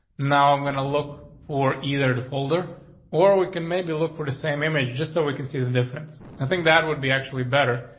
now, i'm gonna look for either the folder or we can maybe look for the same image just so we can see the difference. i think that would be actually better,